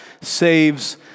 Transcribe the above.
saves